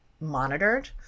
monitored